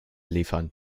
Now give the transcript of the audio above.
liefern